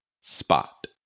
spot